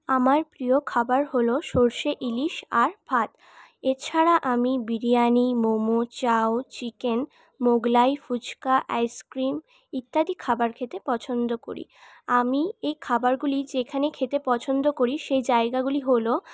আমার প্রিয় খাবার হল সরষে ইলিশ আর ভাত এছাড়া আমি biryani momo chow chicken Mughlai phuchka ice cream ইত্যাদি খাবার খেতে পছন্দ করি আমি এই খাবারগুলি যেখানে খেতে পছন্দ করি সেই জায়গাগুলি হল